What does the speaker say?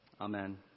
Amen